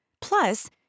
Plus